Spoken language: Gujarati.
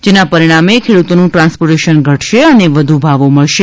જેના પરિણામે ખેડૂતોનું ટ્રાન્સપોર્ટેશન ઘટશે અને વધુ ભાવો મળશે